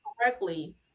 correctly